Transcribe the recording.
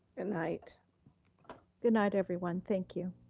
goodnight. goodnight everyone, thank you.